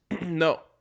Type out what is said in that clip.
No